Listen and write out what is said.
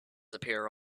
appear